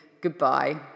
goodbye